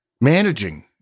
managing